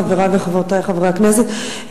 חברי וחברותי חברי הכנסת,